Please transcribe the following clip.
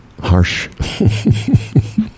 harsh